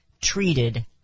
treated